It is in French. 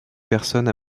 personnes